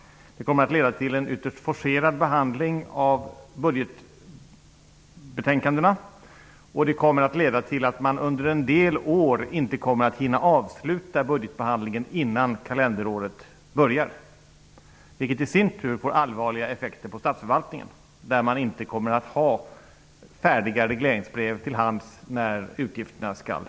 Det kommer att leda till en ytterst forcerad behandling av budgetbetänkandena, och det kommer att leda till att man under en del år inte kommer att hinna avsluta budgetbehandlingen innan kalenderåret börjar. Detta får i sin tur allvarliga effekter för statsförvaltningen, där det inte kommer att finnas färdiga regleringsbrev till hands när utgifterna kommer.